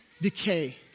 decay